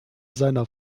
seiner